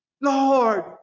Lord